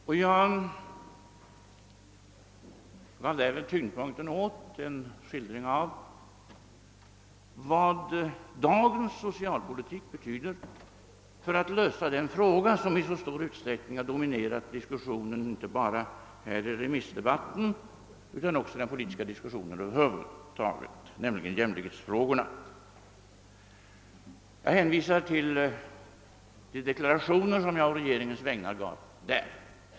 Därvid lade jag tyngdpunkten på en skildring av vad dagens socialpolitik betyder för att lösa den fråga som i så stor utsträckning har dominerat inte bara remissdebatten utan den politiska debatten över huvud taget — jämlikhetsfrågan. Jag hänvisar till de deklarationer som jag å regeringens vägnar därvid gav.